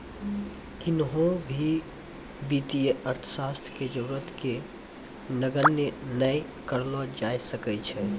किन्हो भी वित्तीय अर्थशास्त्र के जरूरत के नगण्य नै करलो जाय सकै छै